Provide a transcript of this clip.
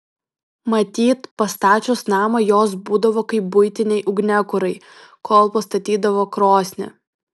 matyt pastačius namą jos būdavo kaip buitiniai ugniakurai kol pastatydavo krosnį